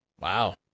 Wow